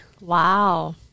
Wow